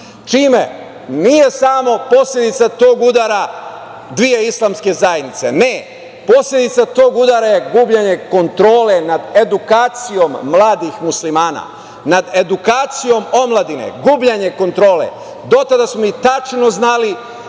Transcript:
čime nije samo posledica tog udara dve islamske zajednice, ne, posledica tog udara je gubljenje kontrole nad edukacijom mladih Muslimana, nad edukacijom omladine, gubljenje kontrole. Do tada smo tačno znali